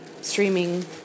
streaming